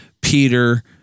Peter